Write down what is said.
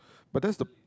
but that's the